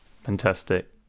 Fantastic